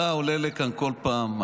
אתה עולה לכאן כל פעם,